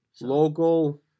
Local